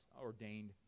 ordained